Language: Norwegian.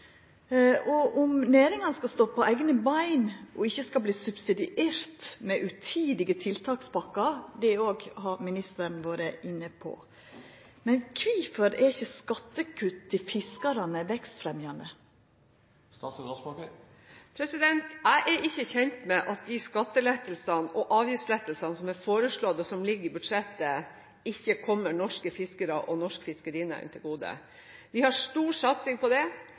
Og at næringa skal stå på eigne bein og ikkje verta subsidiert med utidige tiltakspakkar – det òg har ministeren vore inne på. Men kvifor er ikkje skattekutt til fiskarane vekstfremjande? Jeg er ikke kjent med at de skattelettelsene og avgiftslettelsene som er foreslått, og som ligger i budsjettet, ikke kommer norske fiskere og norsk fiskerinæring til gode. Vi har stor satsing på